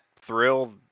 thrill